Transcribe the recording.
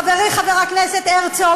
חברי חבר הכנסת הרצוג,